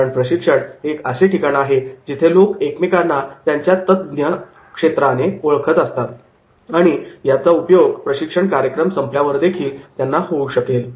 कारण प्रशिक्षण हे एक असे ठिकाण आहे जिथे लोक एकमेकांना त्यांच्या तज्ञ क्षेत्राने ओळखत असतात आणि याचा उपयोग प्रशिक्षण कार्यक्रम संपल्यावर देखील त्यांना होऊ शकेल